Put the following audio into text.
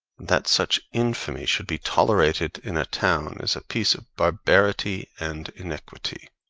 that such infamy should be tolerated in a town is a piece of barbarity and iniquity,